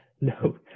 No